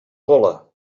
gola